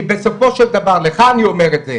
כי בסופו של דבר לך אני אומר את זה